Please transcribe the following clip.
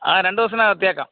ആ രണ്ടു ദിവസത്തിനകം എത്തിയേക്കാം